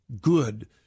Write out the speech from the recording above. good